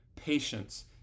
patience